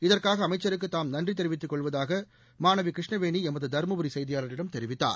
இதற்காக அமைச்சருக்கு தாம் நன்றி தெரிவித்துக் கொள்வதாக மாணவ கிருஷ்ணவேணி எமது தருமபுரி செய்தியாளரிடம் தெரிவித்தார்